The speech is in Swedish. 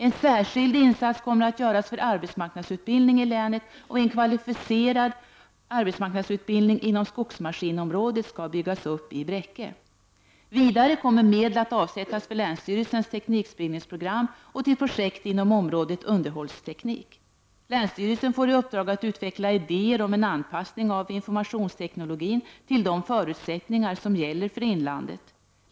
En särskild insats kommer att göras för arbetsmarknadsutbildning i länet, och en kvalificerad AMU-utbildning inom skogsmaskinområdet skall byggas upp i Bräcke. Vidare kommer medel att avsättas för länsstyrelsens teknikspridningsprogram och till projekt inom området underhållsteknik. Länsstyrelsen får i uppdrag att utveckla idéer om en anpassning av informationsteknologin till de förutsättningar som gäller för inlandet.